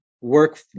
work